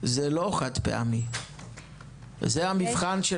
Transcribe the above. זה לא חד-פעמי וזה המבחן.